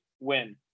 win